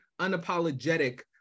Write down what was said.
unapologetic